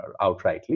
outrightly